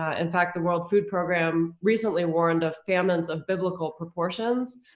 ah in fact, the world food program recently warned of famines of biblical proportions.